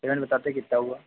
बताते कितना हुआ